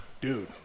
dude